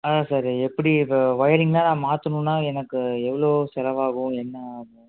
அதுதான் சார் எப்படி வ வொயரிங்கெலாம் மாற்றணுன்னா எனக்கு எவ்வளோ செலவாகும் என்ன ஆகும்